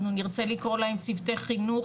אנחנו נרצה לקרוא להם ציוותי חינוך